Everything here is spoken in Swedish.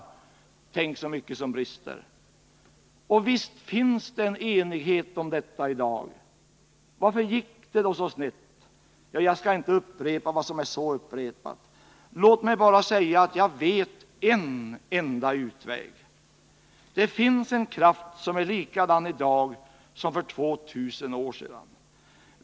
Tänk så mycket som brister! Visst finns enigheten om detta, men varför gick det då så snett? Jag skall inte upprepa vad som så ofta är upprepat. Låt mig bara säga, att jag vet en enda utväg. Det finns en kraft som är likadan i dag som för 2 000 år sedan.